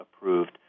approved